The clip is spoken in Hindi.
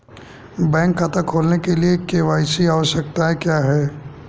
बैंक खाता खोलने के लिए के.वाई.सी आवश्यकताएं क्या हैं?